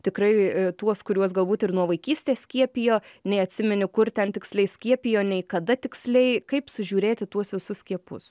tikrai tuos kuriuos galbūt ir nuo vaikystės skiepijo nei atsimeni kur ten tiksliai skiepijo nei kada tiksliai kaip sužiūrėti tuos visus skiepus